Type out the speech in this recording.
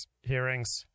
hearings